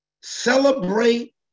celebrate